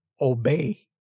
obey